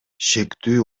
шектүү